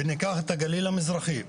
וניקח את הגליל המזרחי,